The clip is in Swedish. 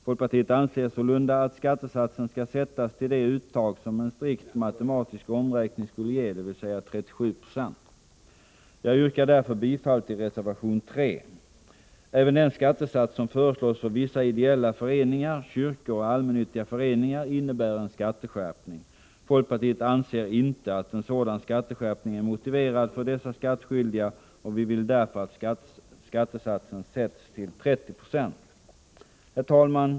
Folkpartiet anser sålunda att skattesatsen skall sättas till det uttag som en strikt matematisk omräkning skulle ge, dvs. 37 Ze. Jag yrkar därför bifall till reservation 3. Även den skattesats som föreslås för vissa ideella föreningar, kyrkor och allmännyttiga föreningar innebär en skatteskärpning. Folkpartiet anser inte att en sådan skatteskärpning är motiverad för dessa skattskyldiga, och vi vill därför att skattesatsen sätts till 30 Ko. Herr talman!